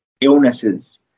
illnesses